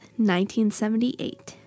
1978